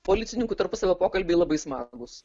policininkų tarpusavio pokalbiai labai smagūs